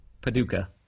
Paducah